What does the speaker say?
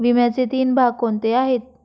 विम्याचे तीन भाग कोणते आहेत?